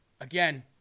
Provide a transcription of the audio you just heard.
Again